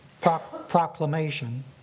proclamation